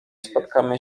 spotkamy